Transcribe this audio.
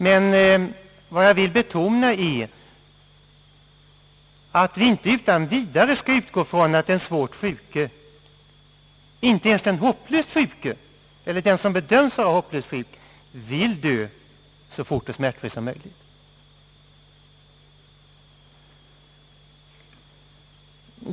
Men jag vill betona att vi inte utan vidare skall utgå ifrån att den svårt sjuke, inte ens den hopplöst sjuke eller den som bedöms vara hopplöst sjuk, vill dö så fort och smärtfritt som möjligt.